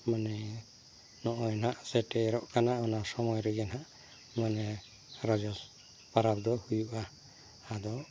ᱢᱟᱱᱮ ᱱᱚᱜᱼᱚᱭ ᱱᱟᱜ ᱥᱮᱴᱮᱨᱚᱜ ᱠᱟᱱᱟ ᱚᱱᱟ ᱥᱚᱢᱚᱭ ᱨᱮᱜᱮ ᱱᱟᱜ ᱢᱟᱱᱮ ᱨᱚᱡᱚ ᱯᱚᱨᱚᱵ ᱫᱚ ᱦᱩᱭᱩᱜᱼᱟ ᱟᱫᱚ